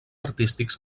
artístics